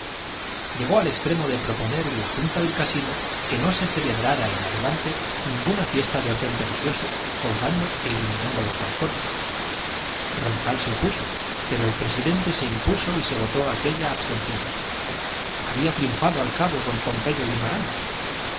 llegó al extremo de proponer en la junta del casino que no se celebrara en adelante ninguna fiesta de orden religioso colgando e iluminando los balcones ronzal se opuso pero el presidente se impuso y se votó aquella abstención había triunfado al cabo don pompeyo guimarán